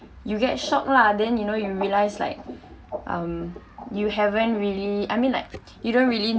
you get shocked lah then you know you realise like um you haven't really I mean like you don't really